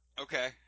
Okay